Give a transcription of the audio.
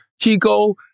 Chico